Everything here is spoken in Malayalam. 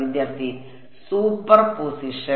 വിദ്യാർത്ഥി സൂപ്പർപോസിഷൻ